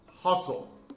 hustle